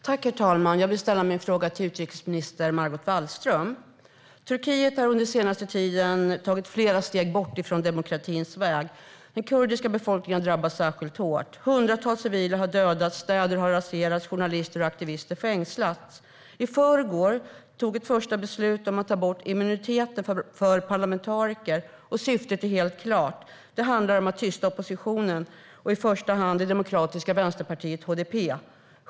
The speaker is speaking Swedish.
Herr talman! Jag vill ställa min fråga till utrikesminister Margot Wallström. Turkiet har under den senaste tiden tagit flera steg bort från demokratins väg. Den kurdiska befolkningen har drabbats särskilt hårt. Hundratals civila har dödats. Städer har raserats. Journalister och aktivister har fängslats. I förrgår togs ett första beslut om att ta bort immuniteten för parlamentariker. Syftet är helt klart. Det handlar om att tysta oppositionen, i första hand det demokratiska vänsterpartiet HDP.